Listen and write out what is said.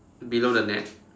below the net